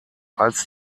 als